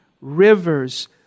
rivers